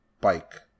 bike